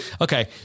Okay